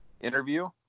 interview